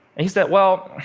and he said, well,